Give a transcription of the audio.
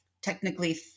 technically